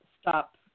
stop